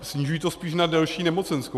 Snižují to spíš na delší nemocenskou.